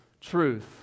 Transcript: truth